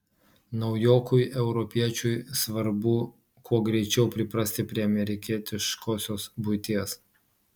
naujokui europiečiui svarbu kuo greičiau priprasti prie amerikietiškosios buities